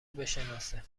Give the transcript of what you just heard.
بشناسه